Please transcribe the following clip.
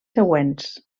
següents